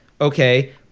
okay